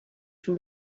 from